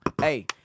hey